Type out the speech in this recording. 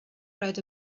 read